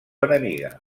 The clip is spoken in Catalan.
enemiga